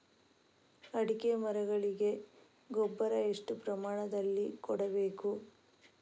ಅಡಿಕೆ ಮರಗಳಿಗೆ ಗೊಬ್ಬರ ಎಷ್ಟು ಪ್ರಮಾಣದಲ್ಲಿ ಕೊಡಬೇಕು?